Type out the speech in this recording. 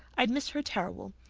i'd miss her terrible.